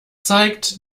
zeigt